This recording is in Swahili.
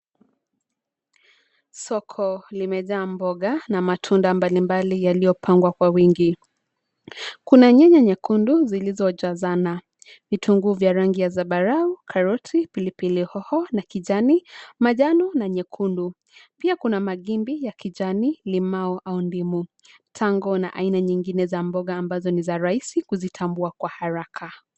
Soko limejaa mboga na matunda mbalimbali yaliyopangwa kwa wingi. Kuna nyanya nyekundu zilizojazana, vitunguu vya rangi ya zambarau, karoti, pilipili hoho na kijani, manjano na nyekundu. Pia kuna magimbi ya kijani, limau au ndimu, tango na aina nyingine za mboga ambazo ni za rahisi kuzitambua kwa haraka.